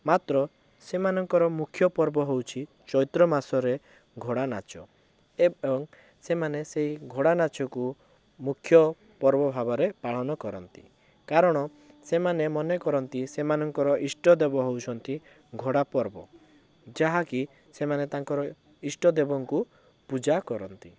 ମାତ୍ର ସେମାନଙ୍କର ମୁଖ୍ୟ ପର୍ବ ହେଉଛି ଚୈତ୍ର ମାସରେ ଘୋଡ଼ା ନାଚ ଏବଂ ସେମାନେ ସେହି ଘୋଡ଼ା ନାଚକୁ ମୁଖ୍ୟ ପର୍ବ ଭାବରେ ପାଳନ କରନ୍ତି କାରଣ ସେମାନେ ମନେ କରନ୍ତି ସେମାନଙ୍କର ଇଷ୍ଟଦେବ ହେଉଛନ୍ତି ଘୋଡ଼ା ପର୍ବ ଯାହାକି ସେମାନେ ତାଙ୍କର ଇଷ୍ଟଦେବଙ୍କୁ ପୂଜା କରନ୍ତି